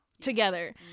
together